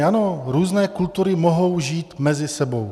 Ano, různé kultury mohou žít mezi sebou.